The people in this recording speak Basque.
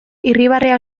irribarrea